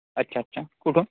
अच्छा अच्छा कुठून